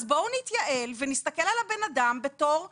אז בואו נתייעל ונסתכל על האדם בתור מכלול,